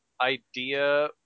idea